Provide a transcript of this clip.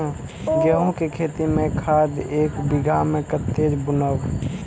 गेंहू के खेती में खाद ऐक बीघा में कते बुनब?